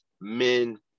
men